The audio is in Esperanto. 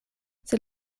sed